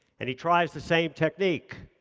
and he tries the same technique,